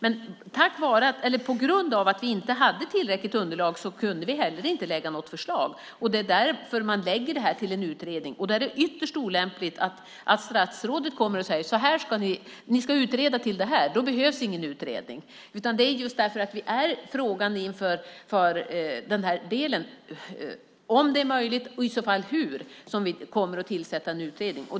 Men på grund av att vi inte hade tillräckligt underlag kunde vi inte lägga fram något förslag. Det är därför man tillsätter en utredning. Då är det ytterst olämpligt att statsrådet kommer och säger: Ni ska utreda så här och komma fram till detta! Då behövs ingen utredning. Det är just därför att vi är frågande inför om det är möjligt och i så fall hur som vi kommer att tillsätta en utredning.